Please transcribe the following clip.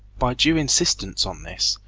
by due insistence on this,